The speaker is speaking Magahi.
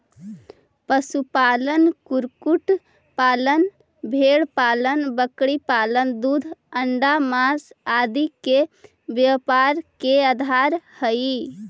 पशुपालन, कुक्कुट पालन, भेंड़पालन बकरीपालन दूध, अण्डा, माँस आदि के व्यापार के आधार हइ